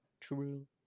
true